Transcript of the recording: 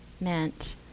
meant